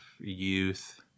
youth